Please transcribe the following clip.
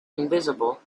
invisible